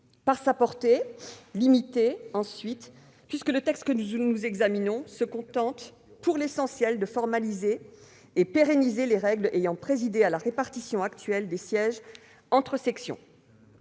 par sa portée, limitée : le texte que nous examinons se contente pour l'essentiel de formaliser et de pérenniser les règles ayant présidé à la répartition actuelle des sièges entre sections.